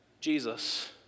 Jesus